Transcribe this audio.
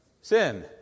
sin